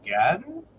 again